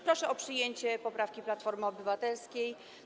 Proszę o przyjęcie poprawki Platformy Obywatelskiej.